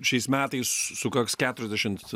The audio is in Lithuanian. šiais metais sukaks keturiasdešimt